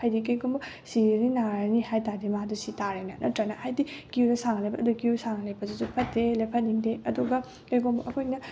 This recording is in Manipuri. ꯍꯥꯏꯗꯤ ꯀꯩꯒꯨꯝꯕ ꯁꯤꯔꯅꯤ ꯅꯥꯔꯅꯤ ꯍꯥꯏꯇꯥꯔꯗꯤ ꯃꯥꯗꯨ ꯁꯤꯇꯥꯔꯦꯅꯦ ꯅꯠꯇ꯭ꯔꯅꯦ ꯍꯥꯏꯗꯤ ꯀꯤꯌꯨꯗꯣ ꯁꯥꯡꯅ ꯂꯦꯞꯄ ꯑꯗꯨꯅ ꯀꯤꯌꯨ ꯁꯥꯡꯅ ꯂꯦꯞꯄꯁꯤꯁꯨ ꯐꯠꯇꯦ ꯂꯦꯞꯐꯟꯅꯤꯡꯗꯦ ꯑꯗꯨꯒ ꯀꯩꯒꯨꯝꯕ ꯑꯩꯈꯣꯏꯅ